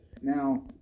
Now